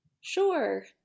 Sure